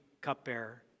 cupbearer